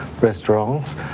restaurants